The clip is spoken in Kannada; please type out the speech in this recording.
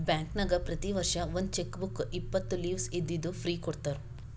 ಬ್ಯಾಂಕ್ನಾಗ್ ಪ್ರತಿ ವರ್ಷ ಒಂದ್ ಚೆಕ್ ಬುಕ್ ಇಪ್ಪತ್ತು ಲೀವ್ಸ್ ಇದ್ದಿದ್ದು ಫ್ರೀ ಕೊಡ್ತಾರ